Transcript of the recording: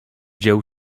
dzieł